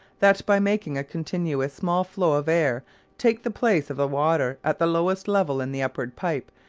that by making a continuous small flow of air take the place of the water at the lowest level in the upward pipe,